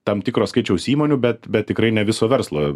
tam tikro skaičiaus įmonių bet bet tikrai ne viso verslo